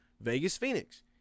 Vegas-Phoenix